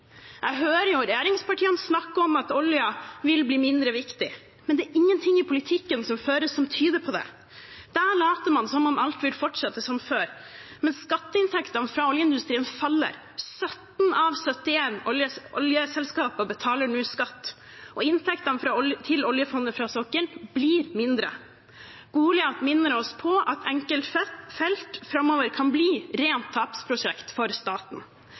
Jeg hører regjeringspartiene snakke om at oljen vil bli mindre viktig, men det er ingenting i politikken som føres, som tyder på det. Der later man som om alt vil fortsette som før. Men skatteinntektene fra oljeindustrien faller. 17 av 71 oljeselskaper betaler nå skatt, og inntektene til oljefondet fra sokkelen blir mindre. Goliat minner oss på at enkeltfelt framover kan bli rene tapsprosjekt for staten.